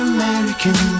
American